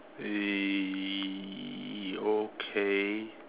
eh okay